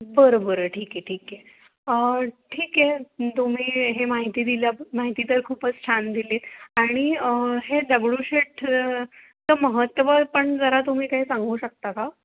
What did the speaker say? बरं बरं ठीक आहे ठीक आहे ठीक आहे तुम्ही हे माहिती दिल्या माहिती तर खूपच छान दिलीत आणि हे दगडूशेठ चं महत्त्व पण जरा तुम्ही काही सांगू शकता का